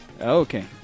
Okay